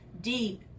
deep